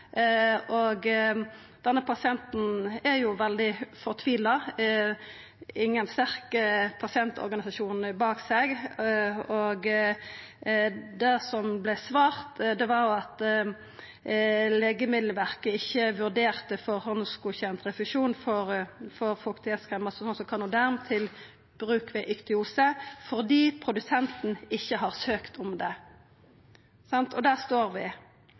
Denne pasienten er veldig fortvilt, har ingen sterke pasientorganisasjonar bak seg, og det som vart svart, var at Legemiddelverket ikkje vurderte førehandsgodkjend refusjon for fuktkremar som Canoderm til bruk ved iktyose fordi produsenten ikkje har søkt om det. Der står vi, og det er ein fortvilt situasjon, og eg håper at vi,